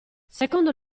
secondo